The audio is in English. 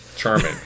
charming